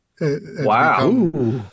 wow